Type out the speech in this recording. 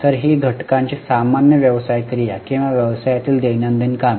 तर ही घटकाची सामान्य व्यवसाय क्रिया किंवा व्यवसायातील दैनंदिन कामे